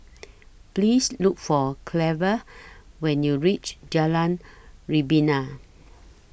Please Look For Cleva when YOU REACH Jalan Rebana